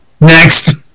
Next